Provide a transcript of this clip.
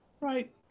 Right